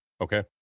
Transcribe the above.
Okay